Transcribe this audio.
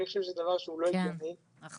אני חושב שזה דבר שהוא לא הגיוני -- כן,